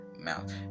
mouth